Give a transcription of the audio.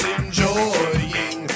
enjoying